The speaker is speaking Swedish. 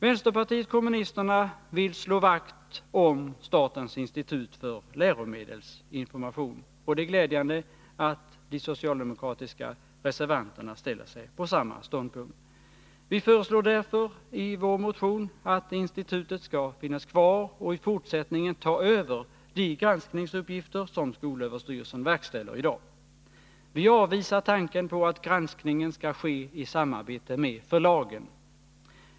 Vänsterpartiet kommunisterna vill slå vakt om statens institut för läromedelsinformation, och det är glädjande att de socialdemokratiska reservanterna intar samma ståndpunkt. Vi föreslår i vår motion att institutet skall finnas kvar och i fortsättningen ta över de granskningsuppgifter som skolöverstyrelsen verkställer i dag. Vi avvisar tanken på att granskningen skall ske i samarbete med förlagen.